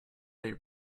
they